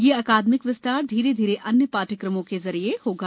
यह अकादमिक विस्तार धीरे धीरे अन्य शाठ्यक्रमों के जरिये होगा